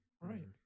Right